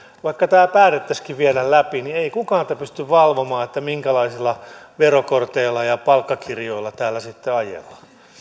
vaikka tämä päätettäisiinkin viedä läpi niin ei kukaan tätä pysty valvomaan minkälaisilla verokorteilla ja palkkakirjoilla täällä sitten ajellaan